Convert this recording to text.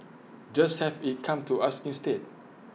just have IT come to us instead